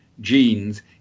genes